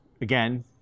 again